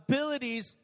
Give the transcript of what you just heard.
Abilities